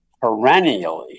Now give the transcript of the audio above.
perennially